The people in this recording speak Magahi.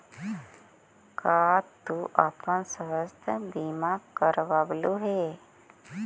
का तू अपन स्वास्थ्य बीमा करवलू हे?